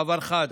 מעבר חד,